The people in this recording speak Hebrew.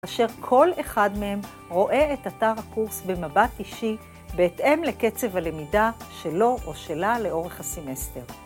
כאשר כל אחד מהם רואה את אתר הקורס במבט אישי בהתאם לקצב הלמידה שלו או שלה לאורך הסמסטר.